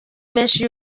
menshi